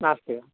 नास्ति वा